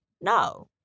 No